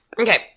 Okay